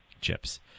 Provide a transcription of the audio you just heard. chips